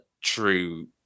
true